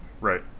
Right